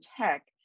tech